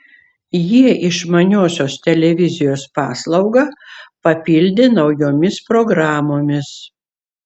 jie išmaniosios televizijos paslaugą papildė naujomis programomis